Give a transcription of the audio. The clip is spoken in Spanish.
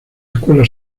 escuela